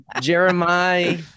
Jeremiah